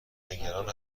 نگران